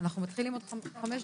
בשעה